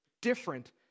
different